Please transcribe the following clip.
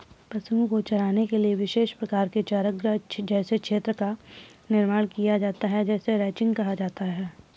पशुओं को चराने के लिए विशेष प्रकार के चारागाह जैसे क्षेत्र का निर्माण किया जाता है जिसे रैंचिंग कहा जाता है